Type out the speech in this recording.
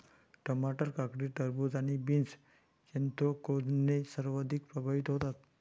टमाटर, काकडी, खरबूज आणि बीन्स ऍन्थ्रॅकनोजने सर्वाधिक प्रभावित होतात